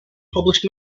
published